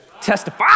Testify